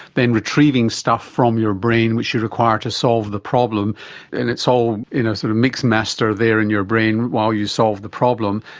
then retrieving stuff from your brain which you require to solve the problem and it's all in a sort of mixmaster there in your brain while you solve the problem,